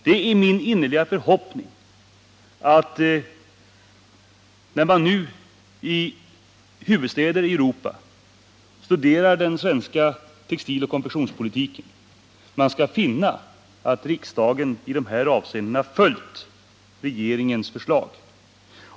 Det är min innerliga förhoppning att man, när man nu i huvudstäder i Europa studerar den svenska textiloch konfektionspolitiken, skall finna att riksdagen i dessa avseenden har följt regeringens förslag.